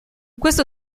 questo